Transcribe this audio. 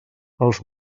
els